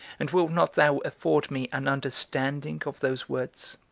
and wilt not thou afford me an understanding of those words?